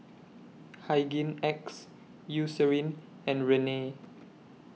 Hygin X Eucerin and Rene